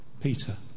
Peter